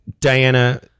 Diana